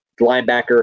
linebacker